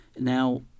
Now